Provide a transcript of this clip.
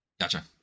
gotcha